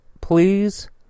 please